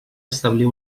establir